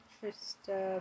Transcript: Trista